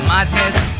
Madness